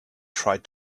tried